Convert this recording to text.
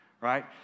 right